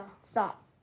Stop